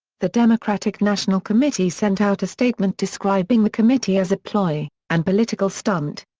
the democratic national committee sent out a statement describing the committee as a ploy and political stunt.